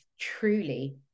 truly